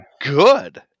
good